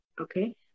Okay